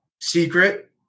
secret